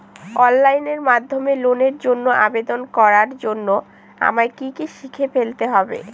Online মাধ্যমে লোনের জন্য আবেদন করার জন্য আমায় কি কি শিখে ফেলতে হবে?